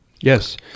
Yes